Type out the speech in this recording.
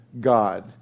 God